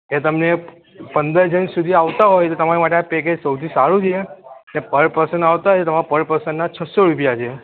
એ તમને પંદર જણ સુધી આવતા હોય તો તમારે માટે આ પેકેજ સૌથી સારું છે ને પર પર્સન આવતા હોય તો તમારે પર પર્સનના છ સો રૂપિયા છે